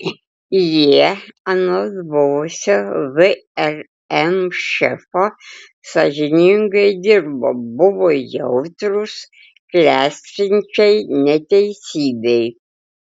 jie anot buvusio vrm šefo sąžiningai dirbo buvo jautrūs klestinčiai neteisybei